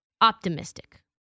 optimistic